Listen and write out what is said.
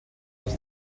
was